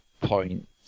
point